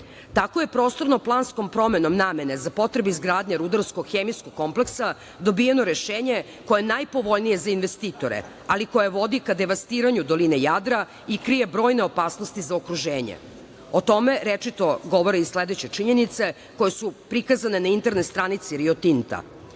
je prostorno planskom promenom namene za potrebe izgradnje rudarsko-hemijskog kompleksa dobijeno rešenje koje je najpovoljnije za investitore, ali koje vodi ka devastiranju doline Jadra i krije brojne opasnosti za okruženje. O tome rečito govore i sledeće činjenice koje su prikazane na internet stranici Rio Tinta.